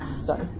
Sorry